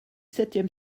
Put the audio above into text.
septième